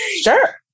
Sure